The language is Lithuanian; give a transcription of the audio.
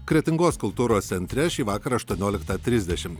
kretingos kultūros centre šį vakarą aštuonioliktą trisdešim